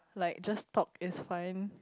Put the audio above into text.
like just talk is fine